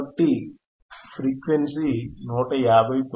కాబట్టి ఫ్రీక్వెన్సీ 159